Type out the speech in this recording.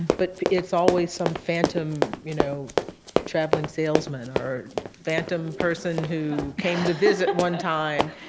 but it's always some phantom you know traveling salesman or phantom person who came to visit one time.